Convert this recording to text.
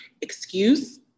excuse